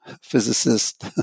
physicist